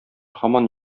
һаман